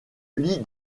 lie